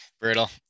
brutal